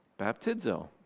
Baptizo